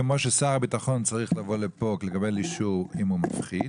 כמו ששר הביטחון צריך לבוא לפה לקבל אישור אם הוא מפחית,